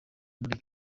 muri